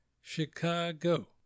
Chicago